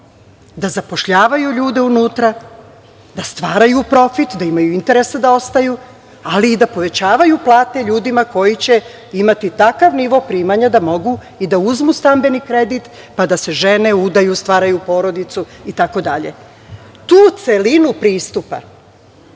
da zapošljavaju ljude unutra, da stvaraju profit, da imaju interesa da ostaju, ali i da povećavaju plate ljudima koji će imati takav nivo primanja da mogu i da uzmu stambeni kredit, pa da se žene, udaju, stvaraju porodicu i tako dalje. Tu celinu pristupa,